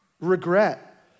regret